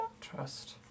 Trust